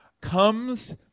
comes